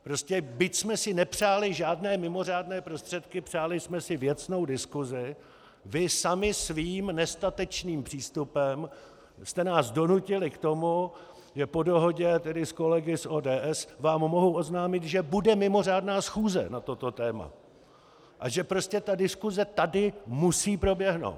Prostě byť jsme si nepřáli žádné mimořádné prostředky, přáli jsme si věcnou diskusi, vy sami svým nestatečným přístupem jste nás donutili k tomu, že po dohodě s kolegy z ODS vám mohu oznámit, že bude mimořádná schůze na toto téma a že prostě ta diskuse tady musí proběhnout.